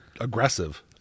aggressive